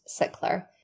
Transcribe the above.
Sickler